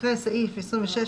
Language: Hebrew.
אחרי סעיף 26,